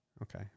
Okay